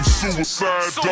suicide